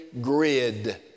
grid